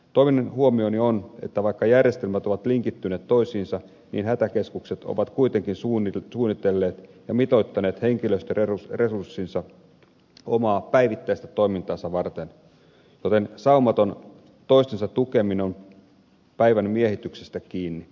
toinen huomioni on että vaikka järjestelmät ovat linkittyneet toisiinsa niin hätäkeskukset ovat kuitenkin suunnitelleet ja mitoittaneet henkilöstöresurssinsa omaa päivittäistä toimintaansa varten joten saumaton toistensa tukeminen on päivän miehityksestä kiinni